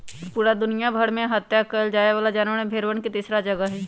पूरा दुनिया भर में हत्या कइल जाये वाला जानवर में भेंड़वन के तीसरा जगह हई